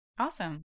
Awesome